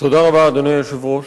אדוני היושב-ראש,